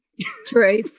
True